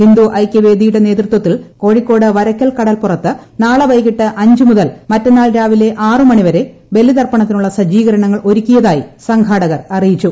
ഹിന്ദു ഐക്യവേദിയുടെ നേതൃത്വത്തിൽ കോഴിക്കോട് വരയ്ക്കൽകടൽപ്പുറത്ത് നാളെ വൈകിട്ട് അഞ്ചു മുതൽ മറ്റെന്നാൾ രാവിലെ ആറു മണിവരെ ബലിതർപ്പണത്തിനുള്ള സജ്ജീകരണങ്ങൾ ഒരുക്കിയതായി സംഘാടകർ അറിയിച്ചു